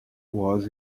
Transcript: was